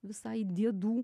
visai diedų